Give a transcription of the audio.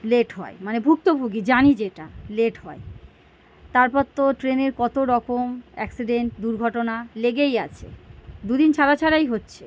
late হয় মানে ভুক্তভোগী জানি যেটা লেট হয় তারপর তো ট্রেনের কত রকম অ্যাক্সিডেন্ট দুর্ঘটনা লেগেই আছে দু দিন ছাড়া ছাড়াই হচ্ছে